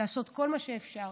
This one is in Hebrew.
לעשות כל מה שאפשר